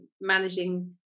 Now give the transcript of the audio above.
managing